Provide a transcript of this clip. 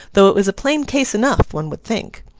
though it was a plain case enough, one would think.